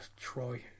Troy